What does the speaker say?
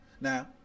Now